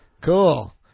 Cool